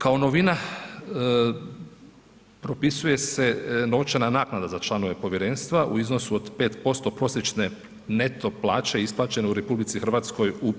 Kao novina propisuje se novčana naknada za članove povjerenstva u iznosu od 5% prosječne neto plaće ispaćene u RH u